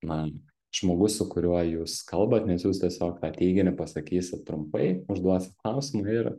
na žmogus su kuriuo jūs kalbat nes jūs tiesiog tą teiginį pasakysit trumpai užduosit klausimą ir